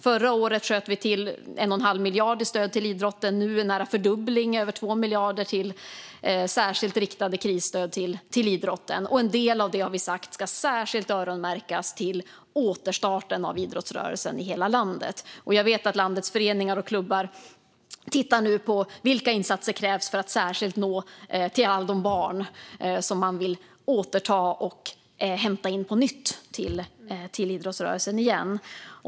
Förra året sköt vi till 1 1⁄2 miljard i stöd till idrotten och nu en nära fördubbling, över 2 miljarder, i särskilt riktade krisstöd till idrotten. En del av detta har vi sagt ska särskilt öronmärkas till återstarten av idrottsrörelsen i hela landet. Jag vet att landets föreningar och klubbar nu tittar på vilka insatser som krävs för att särskilt nå alla barn som man vill hämta tillbaka till idrottsrörelsen igen.